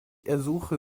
ersuche